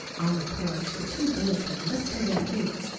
on the porch the two boys had leaped to their feet,